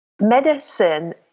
medicine